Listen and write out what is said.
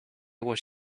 was